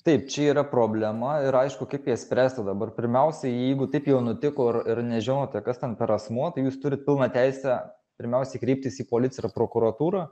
taip čia yra problema ir aišku kaip ją spręsti dabar pirmiausia jeigu taip jau nutiko ir ir nežinote kas ten per asmuo tai jūs turit pilną teisę pirmiausiai kreiptis į policiją ir prokuratūrą